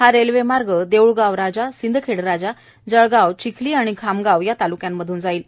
हा रेल्वेमार्ग देऊळगावराजा सिंदखेडराजा जळगाव चिखली आणि खामगाव या तालुक्यांमधून जाणार आहे